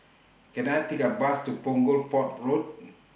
Can I Take A Bus to Punggol Port Road